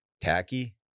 tacky